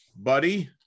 Buddy